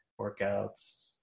workouts